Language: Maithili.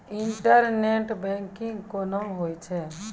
इंटरनेट बैंकिंग कोना होय छै?